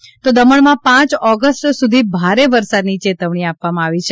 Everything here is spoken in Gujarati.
દમણ વરસાદ દમણમાં પ ઓગસ્ટ સુધી ભારે વરસાદની ચેતવણી આપવામાં આવી છે